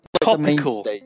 Topical